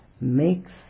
makes